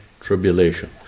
Tribulation